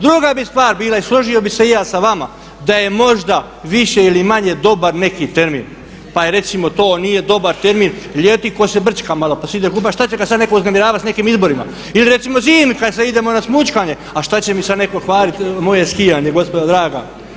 Druga bi stvar bila i složio bih se i ja sa vama da je možda više ili manje dobar neki termin, pa recimo to nije dobar termin ljeti tko se brćka malo pa se ide kupat, a šta će ga sada netko uznemiravati sa nekim izborima ili recimo zimi kada se idemo na smućkanje, a šta će mi sada neko kvariti moje skijanje, gospodo draga.